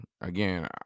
Again